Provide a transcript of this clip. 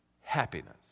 happiness